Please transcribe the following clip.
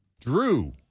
Drew